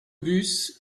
bus